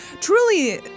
Truly